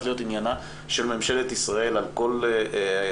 להיות עניינה של ממשלת ישראל עכל משרדיה,